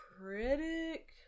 critic